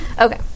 okay